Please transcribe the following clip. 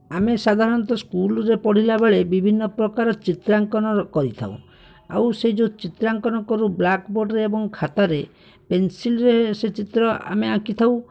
ଆମେ ସାଧରଣତଃ ସ୍କୁଲ୍ରେ ପଢ଼ିଲାବେଳେ ବିଭିନ୍ନପ୍ରକାର ଚିତ୍ରାଙ୍କନର କରିଥାଉ ଆଉ ସେହି ଯେଉଁ ଚିତ୍ରାଙ୍କନ କରୁ ବ୍ଲାକ୍ବୋର୍ଡ଼ରେ ଏବଂ ଖାତାରେ ପେନ୍ସିଲ୍ରେ ସେ ଚିତ୍ର ଆମେ ଆଙ୍କିଥାଉ